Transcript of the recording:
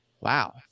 Wow